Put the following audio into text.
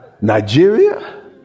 nigeria